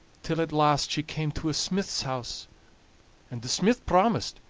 till at last she came to a smith's house and the smith promised,